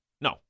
No